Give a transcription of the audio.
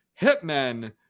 hitmen